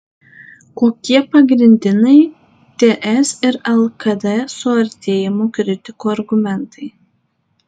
kokie pagrindiniai ts ir lkd suartėjimo kritikų argumentai